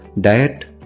diet